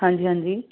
ਹਾਂਜੀ ਹਾਂਜੀ